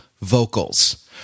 vocals